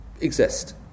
exist